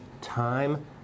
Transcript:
time